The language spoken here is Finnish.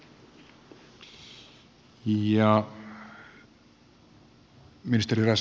arvoisa herra puhemies